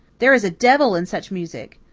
there is a devil in such music,